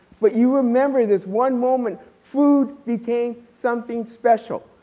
but you remember this one moment food became something special.